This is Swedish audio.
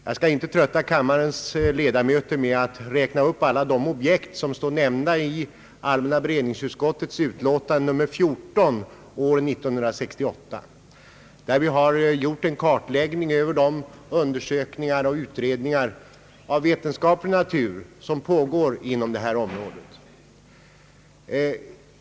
Jag skall inte trötta kammarens ledamöter med att räkna upp alla de objekt som finns omnämnda i allmänna beredningsutskottets utlåtande nr 14 år 1968. Där gjordes en kartläggning av de undersökningar och utredningar av vetenskaplig natur som pågår inom det här området.